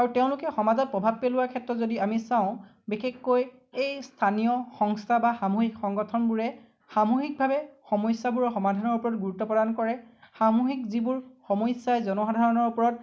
আৰু তেওঁলোকে সমাজত প্ৰভাৱ পেলোৱাৰ ক্ষেত্ৰত যদি আমি চাওঁ বিশেষকৈ এই স্থানীয় সংস্থা বা সামূহিক সংগঠনবোৰে সামূহিকভাৱে সমস্যাবোৰৰ সমাধানৰ ওপৰত গুৰুত্ব প্ৰদান কৰে সামূহিক যিবোৰ সমস্য়াই জনসাধাৰণৰ ওপৰত